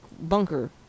bunker